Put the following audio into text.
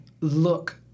look